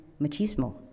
machismo